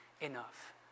enough